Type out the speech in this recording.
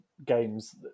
Games